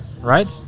right